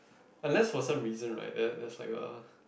unless for some reason right there there's like a